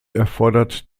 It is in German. erfordert